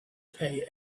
pay